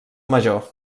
major